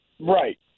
Right